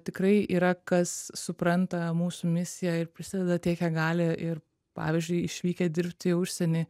tikrai yra kas supranta mūsų misiją ir prisideda tiek kiek gali ir pavyzdžiui išvykę dirbti į užsienį